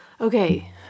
Okay